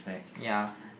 ya